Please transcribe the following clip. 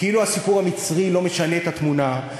כאילו הסיפור המצרי לא משנה את התמונה.